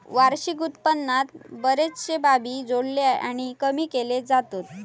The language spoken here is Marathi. वार्षिक उत्पन्नात बरेचशे बाबी जोडले आणि कमी केले जातत